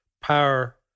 power